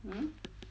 um